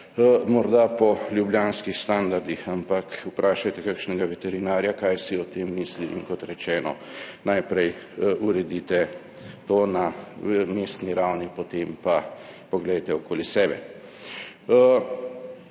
morda po ljubljanskih standardih. Ampak vprašajte kakšnega veterinarja, kaj si o tem misli. In kot rečeno, najprej uredite to na mestni ravni, potem pa poglejte okoli sebe.